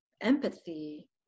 empathy